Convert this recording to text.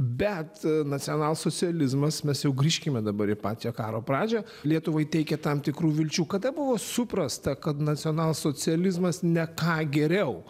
bet nacionalsocializmas mes jau grįžkime dabar pačią karo pradžią lietuvai teikia tam tikrų vilčių kada buvo suprasta kad nacionalsocializmas ne ką geriau